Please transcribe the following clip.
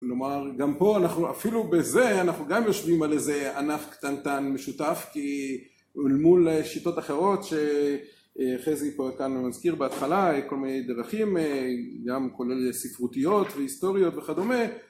כלומר, גם פה אנחנו אפילו בזה, אנחנו גם יושבים על איזה ענף קטנטן משותף, כי אך מול שיטות אחרות שחזי פה כאן מזכיר בהתחלה, כל מיני דרכים, גם כולל ספרותיות והיסטוריות וכדומה